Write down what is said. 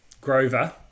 Grover